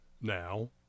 now